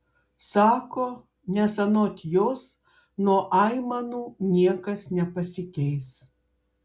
sako nes anot jos nuo aimanų niekas nepasikeis